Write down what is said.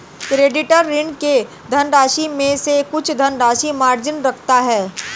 creditor, ऋणी के धनराशि में से कुछ धनराशि मार्जिन रखता है